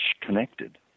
connected